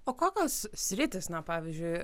o kokios sritys na pavyzdžiui